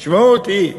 תשמעו אותי.